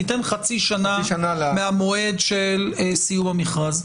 זה ייתן חצי שנה מהמועד של סיום המכרז.